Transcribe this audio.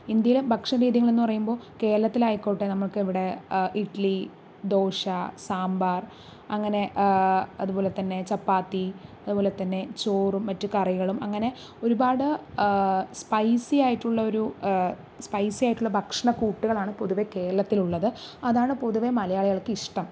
ഇന്ത്യയിലെ ഭക്ഷണരീതികൾ എന്ന് പറയുമ്പോൾ കേരളത്തിൽ ആയിക്കോട്ടെ നമുക്ക് ഇവിടെ ഇഡ്ഡലി ദോശ സാമ്പാർ അങ്ങനെ അതുപോലെ തന്നെ ചപ്പാത്തി അതുപോലെ തന്നെ ചോറും മറ്റ് കറികളും അങ്ങനെ ഒരുപാട് സ്പൈസി ആയിട്ടുള്ള ഒരു സ്പൈസി ആയിട്ടുള്ള ഭക്ഷണ കൂട്ടുകളാണ് പൊതുവേ കേരളത്തിൽ ഉള്ളത് അതാണ് പൊതുവേ മലയാളികൾക്ക് ഇഷ്ടം